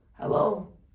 hello